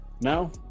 Now